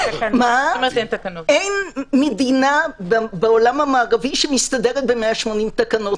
אין מדינה בעולם המערבי שמסתדרת ב-180 תקנות.